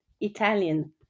Italian